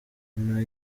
nto